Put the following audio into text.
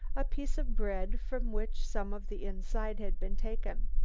a piece of bread from which some of the inside had been taken.